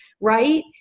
right